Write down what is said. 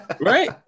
Right